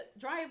drive